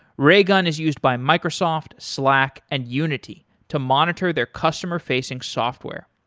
raygun is used by microsoft, slack and unity to monitor their customer-facing software.